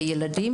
בילדים,